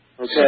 Okay